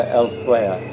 elsewhere